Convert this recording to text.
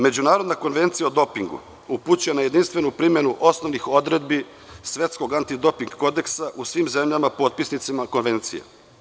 Međunarodna konvencija o dopingu upućuje na jedinstvenu primenu osnovnih odredbi Svetskog antidoping kodeksa u svim zemljama potpisnicama Konvencije.